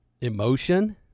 emotion